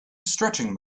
stretching